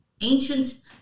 ancient